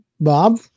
Bob